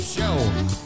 Show